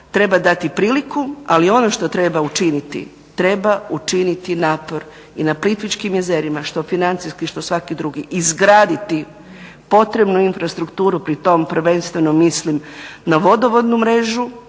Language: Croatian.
treba dati priliku, ali ono što treba učiniti treba učiniti napor i na Plitvičkim jezerima što financijski, što svaki drugi izgraditi potrebnu infrastrukturu pri tom prvenstveno mislim na vodovodnu mrežu